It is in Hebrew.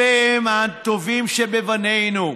אלה הטובים שבבנינו,